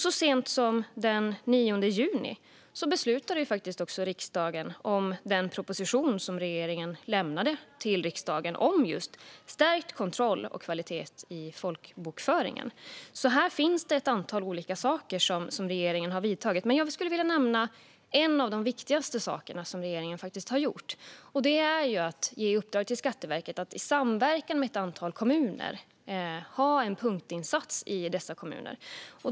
Så sent som den 9 juni beslutade också riksdagen om regeringens proposition om just stärkt kontroll och kvalitet i folkbokföringen. Det finns alltså ett antal olika saker som regeringen har vidtagit. Jag skulle dock vilja nämna en av de viktigaste saker som regeringen faktiskt har gjort, och det är att vi har gett i uppdrag till Skatteverket att i samverkan med ett antal kommuner göra en punktinsats i dessa kommuner.